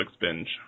binge